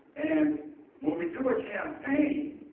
and when we do a campaign,